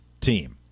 Team